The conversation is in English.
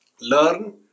learn